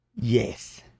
Yes